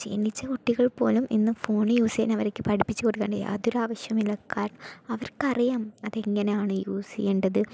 ജനിച്ച കുട്ടികൾ പോലും ഇന്ന് ഫോൺ യൂസ് ചെയ്യാൻ അവർക്കു പഠിപ്പിച്ചു കൊടുക്കേണ്ട യാതൊരു ആവശ്യവുമില്ല കാരണം അവർക്ക് അറിയാം അത് എങ്ങനെയാണ് യൂസ് ചെയ്യണ്ടത്